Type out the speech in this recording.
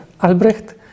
Albrecht